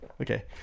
okay